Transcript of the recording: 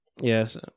yes